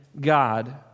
God